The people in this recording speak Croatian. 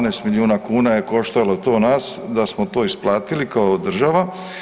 17 milijuna kuna je koštalo to nas da smo to isplatili kao država.